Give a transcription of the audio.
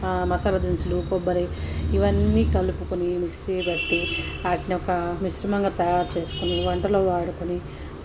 మసాలా దినుసులు కొబ్బరి ఇవన్నీ కలుపుకొని మిక్సీ బట్టి వాటిని ఒక మిశ్రమంగా తయారు చేసుకుని వంటలో వాడుకుని